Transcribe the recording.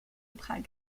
prague